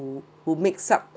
who mixed up